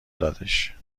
دادش